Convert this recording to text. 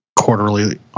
quarterly